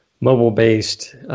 mobile-based